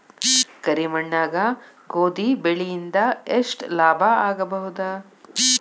ಕರಿ ಮಣ್ಣಾಗ ಗೋಧಿ ಬೆಳಿ ಇಂದ ಎಷ್ಟ ಲಾಭ ಆಗಬಹುದ?